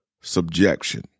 subjection